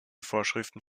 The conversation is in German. vorschriften